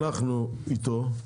אנחנו איתו,